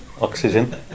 Oxygen